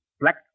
black